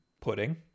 pudding